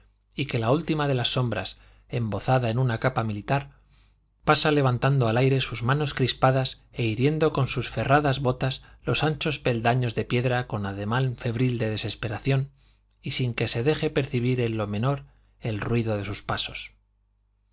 y que la última de las sombras embozada en una capa militar pasa levantando al aire sus manos crispadas e hiriendo con sus ferradas botas los anchos peldaños de piedra con ademán febril de desesperación y sin que se deje percibir en lo menor el ruido de sus pasos